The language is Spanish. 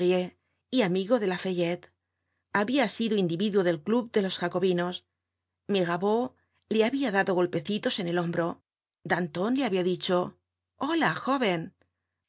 y amigo de laffayette habia sido individuo del club de los jacobinos mirabeau le habia dado golpecitos en el hombro danton le habia dicho hola jóven